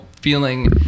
feeling